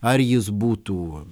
ar jis būtų